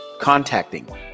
Contacting